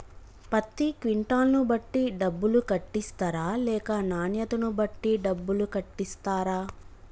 పత్తి క్వింటాల్ ను బట్టి డబ్బులు కట్టిస్తరా లేక నాణ్యతను బట్టి డబ్బులు కట్టిస్తారా?